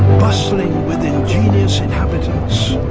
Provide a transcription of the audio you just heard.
bustling with ingenious inhabitants